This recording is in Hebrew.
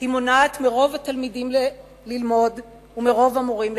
היא מונעת מרוב התלמידים ללמוד ומרוב המורים ללמד.